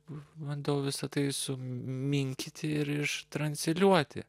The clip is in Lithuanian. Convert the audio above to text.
bandau visa tai suminkyti ir iš transliuoti